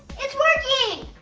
it's working!